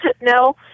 No